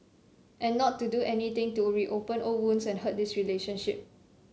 and not to do anything to reopen old wounds and hurt this relationship